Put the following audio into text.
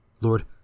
Lord